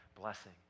blessing